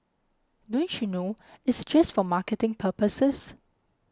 don't you know it's just for marketing purposes